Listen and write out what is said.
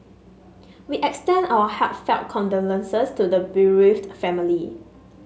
we extend our heartfelt condolences to the bereaved family